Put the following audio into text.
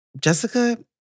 Jessica